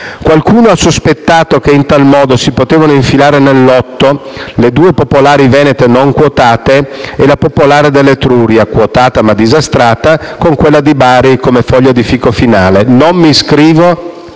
Qualcuno ha sospettato, che in tal modo, si potevano infilare nel lotto le due popolari venete non quotate e la Popolare dell'Etruria, quotata ma disastrata, con quella di Bari come foglia di fico finale. Non mi iscrivo